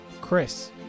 Chris